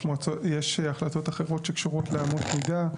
יש מועצות, יש החלטות אחרות שקשורות לאמות מידה.